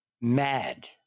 mad